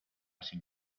sin